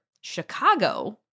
Chicago